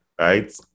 right